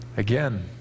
Again